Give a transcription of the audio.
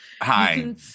Hi